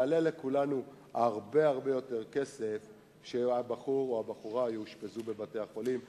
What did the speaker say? היא תעלה לכולנו הרבה יותר כסף כשהבחור או הבחורה יאושפזו בבתי-החולים.